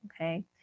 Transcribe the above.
Okay